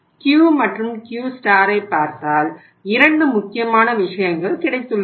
Q மற்றும் Q ஐப் பார்த்தால் 2 முக்கியமான விஷயங்கள் கிடைத்துள்ளன